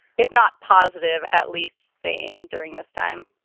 if not positive, at least sane during this time?